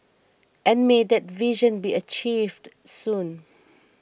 and may that vision be achieved soon